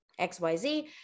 XYZ